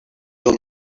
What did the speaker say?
del